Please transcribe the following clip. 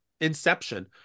Inception